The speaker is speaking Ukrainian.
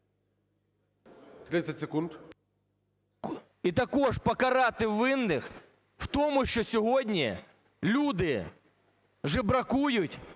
також покарати винних в тому, що сьогодні люди жебракують,